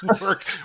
Work